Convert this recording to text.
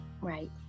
Right